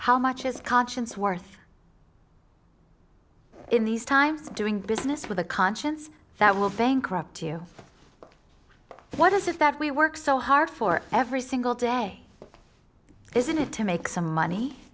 how much is conscience worth in these times of doing business with a conscience that will bankrupt you what is it that we work so hard for every single day isn't it to make some money